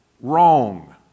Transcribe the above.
Wrong